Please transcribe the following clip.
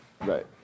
Right